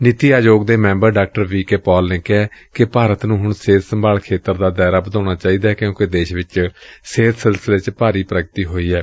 ਨੀਤੀ ਆਯੋਗ ਦੇ ਮੈਂਬਰ ਡਾ ਵੀ ਕੇ ਪਾਲ ਨੇ ਕਿਹੈ ਕਿ ਭਾਰਤ ਨੂੰ ਹੁਣ ਸਿਹਤ ਸੰਭਾਲ ਖੇਤਰ ਦਾ ਦਾਇਰਾ ਵਧਾਉਣਾ ਚਾਹੀਦੈ ਕਿਉਂਕਿ ਦੇਸ਼ ਵਿਚ ਸਿਹਤ ਸਿਲਸਿਲੇ ਚ ਭਾਰਤੀ ਪ੍ਰਗਤੀ ਹੋਈ ਏ